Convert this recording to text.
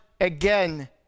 again